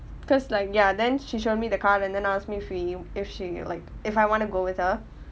because like ya then she show me the card and then ask me free if she like if I want to go with her